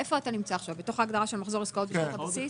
עכשיו בתוך ההגדרה "מחזור עסקאות בתקופת הבסיס"?